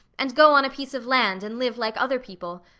and go on a piece of land, and live like other people.